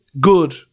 good